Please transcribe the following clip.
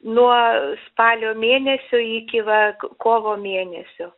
nuo spalio mėnesio iki va kovo mėnesio